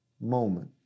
moment